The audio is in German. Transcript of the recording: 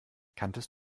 kanntest